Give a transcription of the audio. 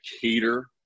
cater